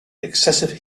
excessive